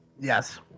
Yes